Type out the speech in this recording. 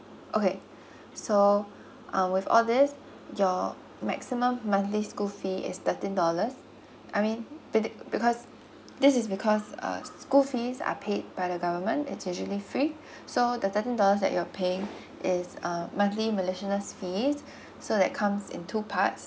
okay so uh with all these your maximum monthly school fee is thirteen dollars I mean be it because this is because uh school fees are paid by the government it's usually free so the thirteen dollars that you're paying is uh monthly miscellaneous fee so that comes in two parts